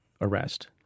arrest